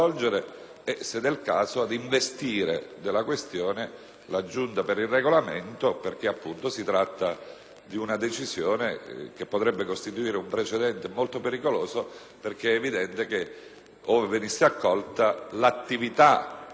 e, nel caso, ad investire della questione la Giunta per il Regolamento. Si tratta di una decisione che potrebbe costituire un precedente molto pericoloso, perché è evidente che ove fosse accolta l'attività